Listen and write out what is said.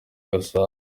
gasabo